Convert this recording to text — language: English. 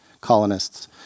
colonists